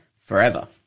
forever